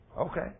Okay